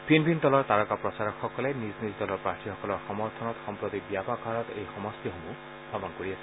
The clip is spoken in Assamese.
ভিন ভিন দলৰ তাৰকা প্ৰচাৰকসকলে নিজ নিজ দলৰ প্ৰাৰ্থিসকলৰ সমৰ্থনত সম্প্ৰতি ব্যাপক হাৰত এই সমষ্টিসমূহ ভ্ৰমণ কৰি আছে